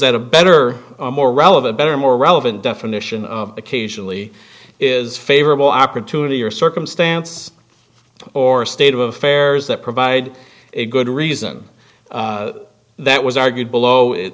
that a better more relevant better more relevant definition of occasionally is favorable opportunity or circumstance or state of affairs that provide a good reason that was argued below